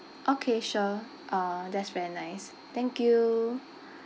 okay sure uh that's very nice thank you